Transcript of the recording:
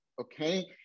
Okay